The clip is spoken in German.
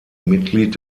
mitglied